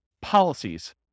policies